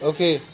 Okay